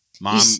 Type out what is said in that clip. mom